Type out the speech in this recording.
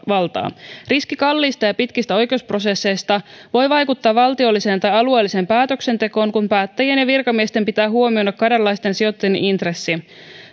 riski kalliista ja pitkistä oikeusprosesseista voi vaikuttaa valtiolliseen tai alueelliseen päätöksentekoon kun päättäjien ja virkamiesten pitää huomioida kanadalaisten sijoittajien intressi